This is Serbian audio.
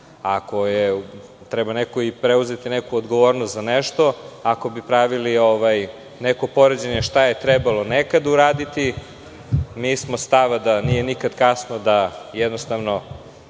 Treba neko i preuzeti neku odgovornost za nešto. Ako bi pravili neko poređenje šta je trebalo nekad uraditi, mi smo stava da nije nikada kasno da i u ovakvim